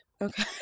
Okay